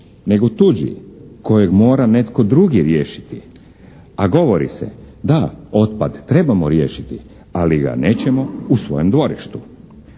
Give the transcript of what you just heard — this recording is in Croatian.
nego tuđi kojeg mora netko drugi riješiti a govori se da otpad trebamo riješiti ali ga nećemo u svojem dvorištu.